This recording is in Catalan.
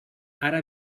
ara